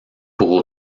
pour